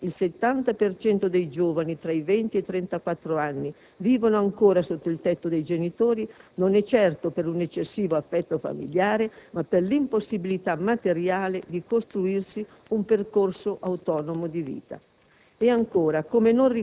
Se, come ci dice l'ISTAT, il 70 per cento dei giovani tra i 20 e i 34 anni vive ancora sotto il tetto dei genitori, non è certo per un eccessivo affetto familiare, ma per l'impossibilità materiale di costruirsi un percorso autonomo di vita.